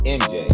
mj